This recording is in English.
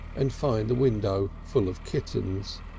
and find the window full of kittens.